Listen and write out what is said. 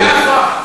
אחרי ההצבעה.